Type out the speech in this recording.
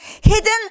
Hidden